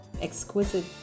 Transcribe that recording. exquisite